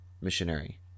missionary